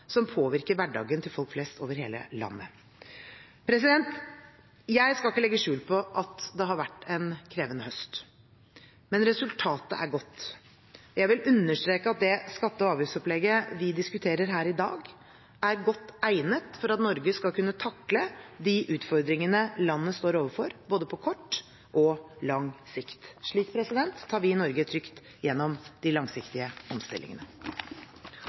som påvirker hverdagen til folk flest over hele landet. Jeg skal ikke legge skjul på at det har vært en krevende høst, men resultatet er godt. Jeg vil understreke at det skatte- og avgiftsopplegget vi diskuterer her i dag, er godt egnet for at Norge skal kunne takle de utfordringene landet står overfor på både kort og lang sikt. Slik tar vi Norge trygt gjennom de langsiktige omstillingene.